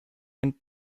and